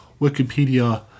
Wikipedia